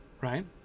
right